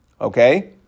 okay